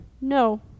no